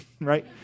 right